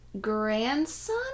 grandson